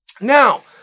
Now